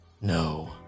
No